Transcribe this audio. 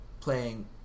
playing